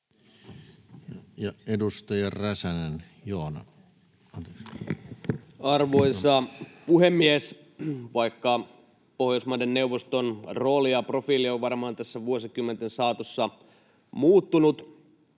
15:17 Content: Arvoisa puhemies! Vaikka Pohjoismaiden neuvoston rooli ja profiili on varmaan tässä vuosikymmenten saatossa muuttunut